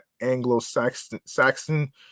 Anglo-Saxon